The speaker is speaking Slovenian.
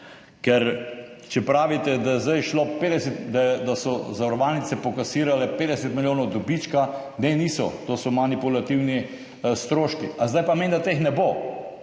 Ker če pravite, da so zavarovalnice pokasirale 50 milijonov dobička – ne niso, to so manipulativni stroški. Ali zdaj pomeni, da teh ne bo?